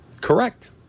Correct